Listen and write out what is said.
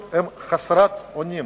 הם חסרי אונים.